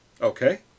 okay